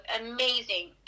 amazing